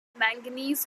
manganese